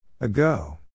Ago